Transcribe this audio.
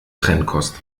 trennkost